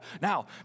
Now